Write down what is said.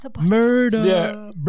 Murder